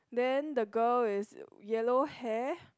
then the girl is yellow hair